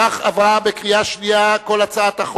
אני קובע שגם ההסתייגות השנייה לא נתקבלה.